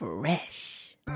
Fresh